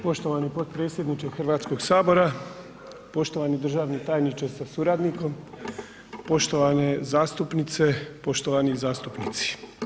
Poštovani potpredsjedniče Hrvatskog sabora, poštovani državni tajniče sa suradnikom, poštovane zastupnice, poštovani zastupnici.